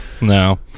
no